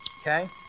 okay